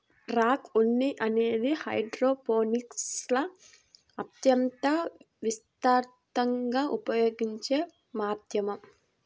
rock ఉన్ని అనేది హైడ్రోపోనిక్స్లో అత్యంత విస్తృతంగా ఉపయోగించే మాధ్యమం